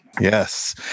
Yes